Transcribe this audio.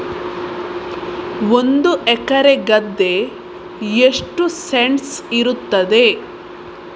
ಒಂದು ಎಕರೆ ಗದ್ದೆ ಎಷ್ಟು ಸೆಂಟ್ಸ್ ಇರುತ್ತದೆ?